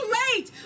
late